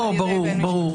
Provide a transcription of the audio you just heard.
ברור.